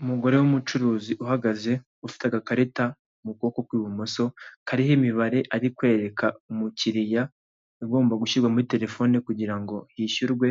Umugore w'umucuruzi uhagaze ufite agakarita mu kuboko kw'ibumoso kariho imibare ari kwereka umukiriya igomba gushyirwa muri terefone kugira ngo hishyurwe,